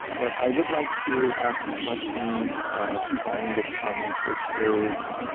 but i would like to ask a question following this comment which is,